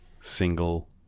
single